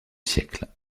siècle